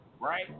Right